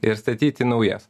ir statyti naujas